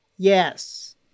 yes